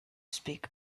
speak